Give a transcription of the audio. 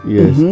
Yes